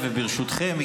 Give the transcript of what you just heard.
ברשותכם,